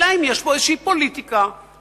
אלא אם יש פה איזו פוליטיקה מכוערת,